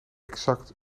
exact